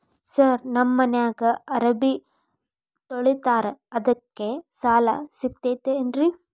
Sir ನಮ್ಮ ಮನ್ಯಾಗ ಅರಬಿ ತೊಳಿತಾರ ಅದಕ್ಕೆ ಸಾಲ ಸಿಗತೈತ ರಿ?